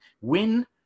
Win